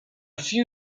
few